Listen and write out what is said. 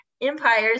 empires